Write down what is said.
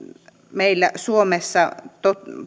meillä suomessa